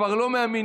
כבר לא מאמינים.